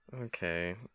Okay